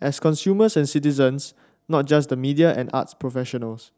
as consumers and citizens not just the media and arts professionals